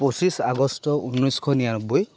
পঁচিছ আগষ্ট ঊনৈছশ নিৰানব্বৈ